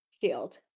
shield